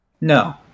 No